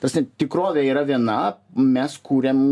ta prasme tikrovė yra viena mes kuriam